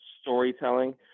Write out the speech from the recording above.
storytelling